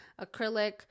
acrylic